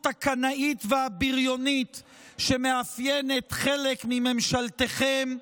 הקנאית והבריונית שמאפיינת חלק ממשלתכם.